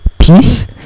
peace